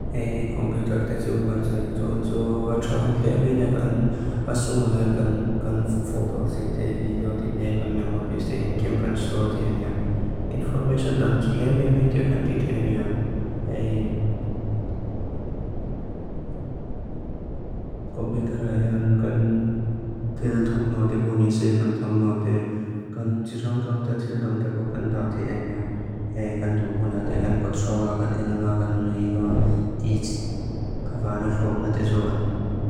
Hei, kompiútar tésu, gan sáyú tsúhánsú, atráhán tlé méine kan asúngáhán, kan fotósí té vidéo tidé, kan memóris té inkím, kan stór té ániá. Informáisyán dan tlé méimei té, kan títé ániá. Hei, kompiútar áyán, kan tíl tóm nó típó nísé, kan tóm nó té, kan tsiráng-tsáng té tíldáng típó kan dá té ániá. Hei, kan tó húná, té kan bótsó ángá, kan én ángá, kan nuí ángá, tí tí kává áná tló ángá tésu áni.